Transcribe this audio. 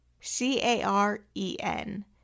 C-A-R-E-N